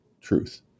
truth